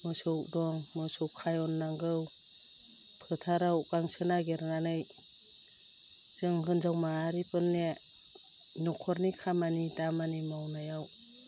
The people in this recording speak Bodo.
मोसौ दं मोसौ खायन नांगौ फोथाराव गांसो नागेरनानै जों हिन्जाव माहारिफोरनो नखरनि खामानि दामानि मावनायाव